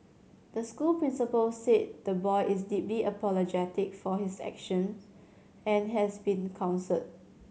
the school principal said the boy is deeply apologetic for his action and has been counselled